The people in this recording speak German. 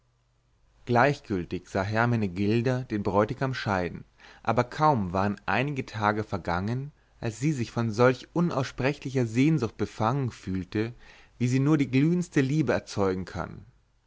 gleichgültig sah hermenegilda den bräutigam scheiden aber kaum waren einige tage vergangen als sie sich von solch unaussprechlicher sehnsucht befangen fühlte wie sie nur die glühendste liebe erzeugen kann